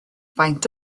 faint